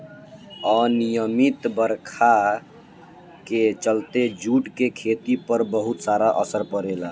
अनिमयित बरखा के चलते जूट के खेती पर बहुत असर पड़ेला